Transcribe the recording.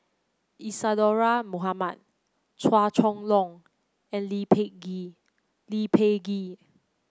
Isadhora Mohamed Chua Chong Long and Lee Peh Gee